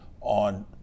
on